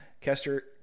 Kester